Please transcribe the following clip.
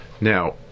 Now